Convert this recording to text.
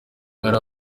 ari